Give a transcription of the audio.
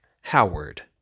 Howard